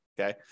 okay